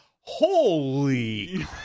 holy